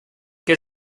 que